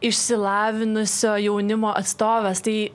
išsilavinusio jaunimo atstovas tai